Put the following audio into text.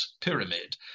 pyramid